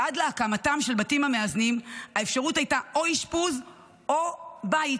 עד להקמתם של בתים מאזנים האפשרות הייתה או אשפוז או בית,